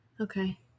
Okay